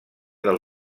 del